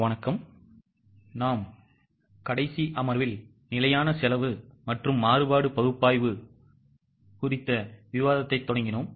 வணக்கம் நாம் கடைசி அமர்வில் நிலையான செலவு குறித்த விவாதத்தைத் தொடங்கினோம்